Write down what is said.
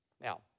Now